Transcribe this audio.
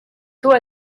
tôt